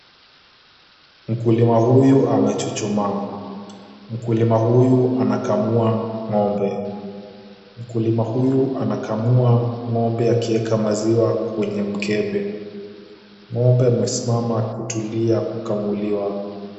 Mkulima huyu amechuchumaa. Mkulima huyu anakamua ng'ombe. Mkulima huyu anakamua ng'ombe akieka maziwa kwenye mkebe. Ng'ombe amesimama kutulia kukamuliwa.